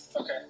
Okay